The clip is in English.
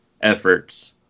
efforts